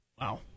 Wow